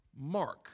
Mark